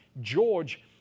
George